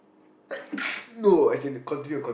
ppl no as in continue continue